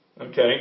Okay